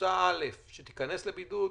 לקבוצה א' להיכנס לבידוד,